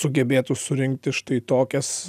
sugebėtų surengti štai tokias